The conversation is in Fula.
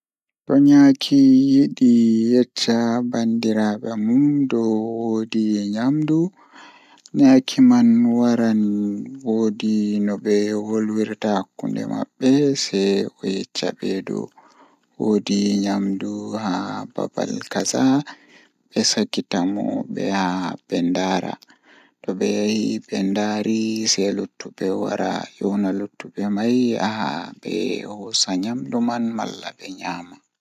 Eh aranndewol kam awaran a fista foti naatude pañali e hoore baby. Foti hokke ko ɓuri nafaade, naatude pañali ngal so aɗa waawi. Naftu yaaɓde ko fow, wi'ude ndiyam ngal ngam. Kammunde ɗum to wujjooje